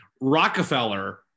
rockefeller